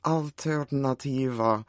alternativa